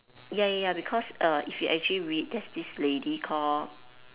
ya ya ya because err if you actually read there's this lady called